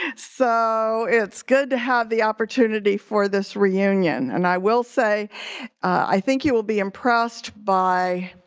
and so it's good to have the opportunity for this reunion and i will say i think you will be impressed by